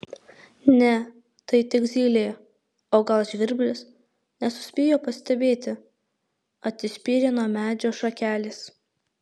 ne tai tik zylė o gal žvirblis nesuspėjo pastebėti atsispyrė nuo medžio šakelės